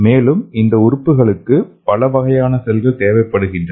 மேலும் இந்த உறுப்புகளுக்கு பல வகையான செல்கள் தேவைப்படுகின்றன